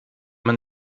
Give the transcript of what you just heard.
man